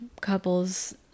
Couples